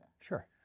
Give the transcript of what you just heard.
Sure